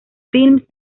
films